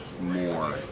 more